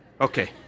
Okay